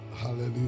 Hallelujah